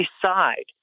decide